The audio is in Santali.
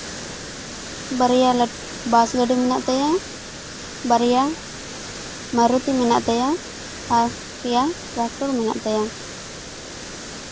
ᱵᱟᱨᱭᱟ ᱵᱟᱥ ᱜᱟ ᱰᱤ ᱢᱮᱱᱟᱜ ᱛᱟᱭᱟ ᱵᱟᱨᱭᱟ ᱢᱟᱨᱚᱛᱤ ᱢᱮᱱᱟᱜ ᱛᱟᱭᱟ ᱟᱨ ᱯᱮᱭᱟ ᱴᱨᱟᱠᱴᱚᱨ ᱢᱮᱱᱟᱜ ᱛᱟᱭᱟ